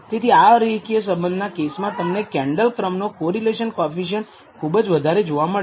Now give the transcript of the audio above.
તેથી આ અરેખીય સંબંધ ના કેસમાં તમને કેન્ડલ ક્રમનો કોરિલેશન કોએફિસિએંટ ખૂબ જ વધારે જોવા મળશે